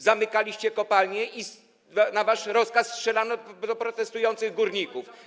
Zamykaliście kopalnie i na wasz rozkaz strzelano do protestujących górników.